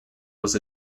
was